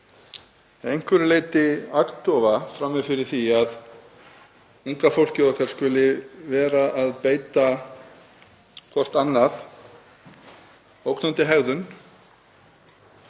einhverju leyti agndofa frammi fyrir því að unga fólkið okkar skuli vera að beita hvert annað ógnandi hegðun.